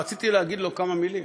רציתי להגיד לו כמה מילים.